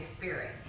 Spirit